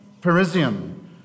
Parisian